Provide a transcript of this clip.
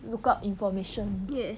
look up information